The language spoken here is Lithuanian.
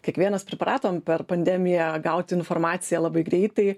kiekvienas pripratom per pandemiją gauti informaciją labai greitai